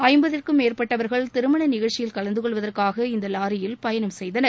ஐம்பதிற்கும் மேற்பட்டவர்கள் திருமண நிகழ்ச்சியில் கலந்து கொள்வதற்காக இந்த லாரியில் பயணம் செய்தனர்